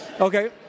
okay